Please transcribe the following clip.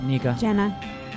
Jenna